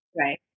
Right